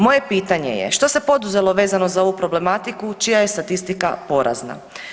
Moje pitanje je što se poduzelo vezano za ovu problematiku čija je statistika porazna.